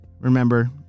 Remember